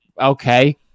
okay